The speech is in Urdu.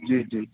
جی جی